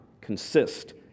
consist